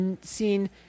seen –